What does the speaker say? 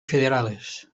federales